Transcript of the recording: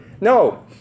No